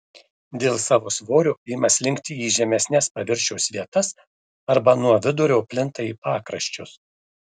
dėl savo svorio ima slinkti į žemesnes paviršiaus vietas arba nuo vidurio plinta į pakraščius